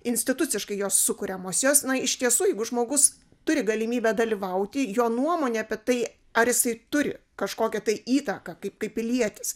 instituciškai jos sukuriamos jos na iš tiesų jeigu žmogus turi galimybę dalyvauti jo nuomonė apie tai ar jisai turi kažkokią tai įtaką kaip kaip pilietis